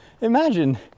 Imagine